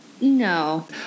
No